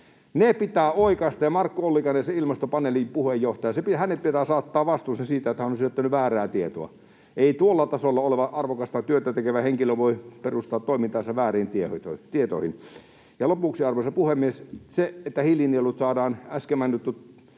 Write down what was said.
— pitää oikaista. Ja Markku Ollikainen, ilmastopaneelin puheenjohtaja, pitää saattaa vastuuseen siitä, että hän on syöttänyt väärää tietoa. Ei tuolla tasolla oleva, arvokasta työtä tekevä henkilö voi perustaa toimintaansa vääriin tietoihin. Lopuksi, arvoisa puhemies, kun äsken mainitut